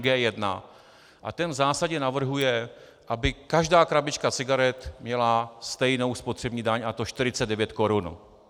G1 a v zásadě navrhuje, aby každá krabička cigaret měla stejnou spotřební daň, a to 49 korun.